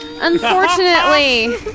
Unfortunately